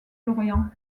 lorient